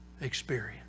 experience